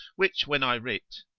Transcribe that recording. which when i writ,